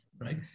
right